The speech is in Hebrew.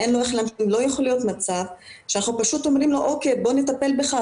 לא יכול להיות מצב שאנחנו פשוט אומרים לו 'אוקיי בוא נטפל בך,